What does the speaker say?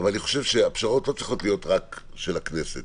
אבל אני חושב שהפשרות לא צריכות להיות רק של הכנסת,